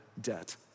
debt